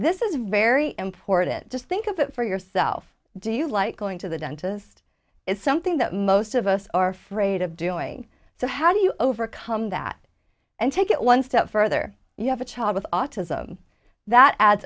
this is very important just think of it for yourself do you like going to the dentist is something that most of us are afraid of doing so how do you overcome that and take it one step further you have a child with autism that adds